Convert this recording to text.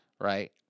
Right